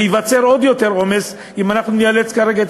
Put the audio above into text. וייווצר עומס רב עוד יותר אם אנחנו נאלץ כרגע את